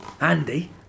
Andy